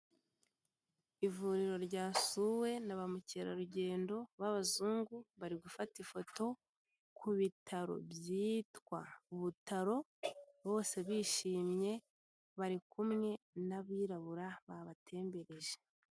Ivuriro ryasuwe na bamukerarugendo b'abazungu, bari gufata ifoto ku bitaro byitwa Butaro bose bishimye, bari kumwe n'abirabura babatembereje.